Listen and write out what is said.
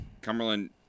Cumberland